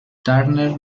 turner